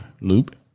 loop